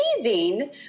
amazing